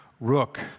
rook